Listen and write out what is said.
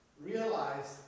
realized